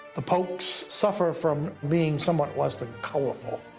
the polks suffer from being somewhat less than colorful.